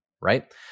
right